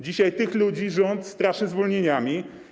Dzisiaj tych ludzi rząd straszy zwolnieniami.